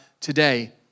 today